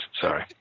Sorry